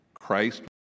Christ